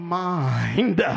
mind